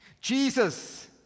Jesus